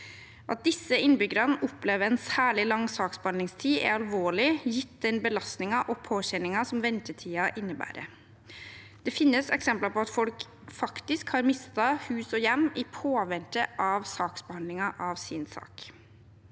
At disse innbyggerne opplever en særlig lang saksbehandlingstid, er alvorlig, gitt den belastningen og påkjenningen som ventetiden innebærer. Det finnes eksempler på at folk faktisk har mistet hus og hjem i påvente av saksbehandlingen av sin sak.